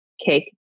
cake